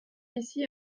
ici